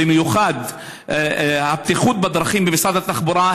במיוחד הבטיחות בדרכים במשרד התחבורה,